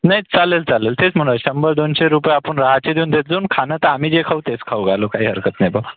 नाही चालेल चालेल तेच म्हणाले शंभर दोनशे रुपये आपण राहायचे देऊन देतो आणि खाणं तर आम्ही जे खाऊ तेच खाऊ घालू काही हरकत नाही बा